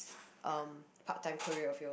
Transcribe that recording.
um part time career of yours